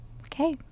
okay